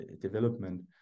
development